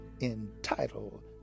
entitled